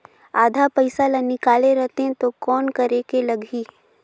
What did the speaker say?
आधा पइसा ला निकाल रतें तो कौन करेके लगही?